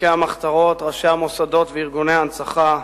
ותיקי המחתרות, ראשי המוסדות וארגוני ההנצחה,